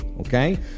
Okay